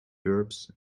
verbs